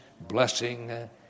blessing